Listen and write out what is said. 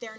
the